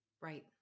Right